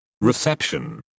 Reception